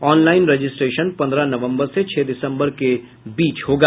online registration पंद्रह नवम्बर से छह दिसम्बर के बीच होगा